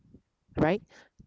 right